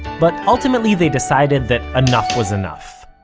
but ultimately they decided that enough was enough.